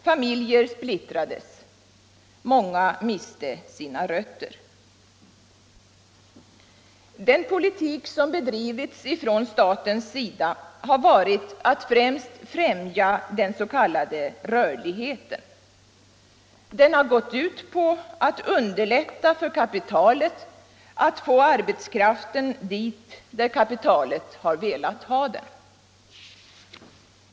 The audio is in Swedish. Familjer splittrades. Många miste sina rötter. Den politik som bedrivits från statens sida har i första hand varit att främja den s.k. rörligheten. Den har gått ut på att underlätta för kapitalet att få arbetskraften dit kapitalet velat ha den.